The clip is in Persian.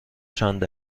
چند